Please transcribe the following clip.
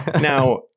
Now